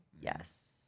Yes